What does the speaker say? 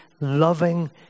loving